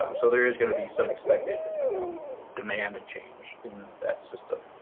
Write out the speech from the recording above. um so, there is going to be some expected demand change in that system.